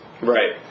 Right